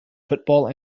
football